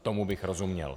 Tomu bych rozuměl.